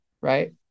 right